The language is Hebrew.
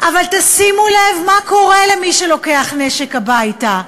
אבל תשימו לב מה קורה למי שלוקח נשק הביתה.